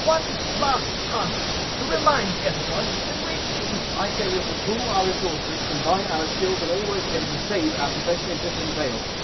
one last chance to remind everyone that we're needed! i'd say we ought to pool our resources, combine our skills and all work together to save our profession in piffling vale!